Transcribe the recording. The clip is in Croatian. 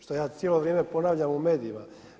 Što ja cijelo vrijeme ponavljam u medijima.